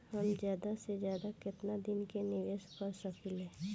हम ज्यदा से ज्यदा केतना दिन के निवेश कर सकिला?